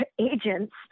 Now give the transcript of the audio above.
agents